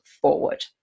forward